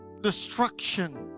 Destruction